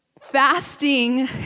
fasting